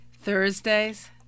Thursdays